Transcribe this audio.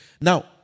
Now